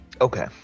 Okay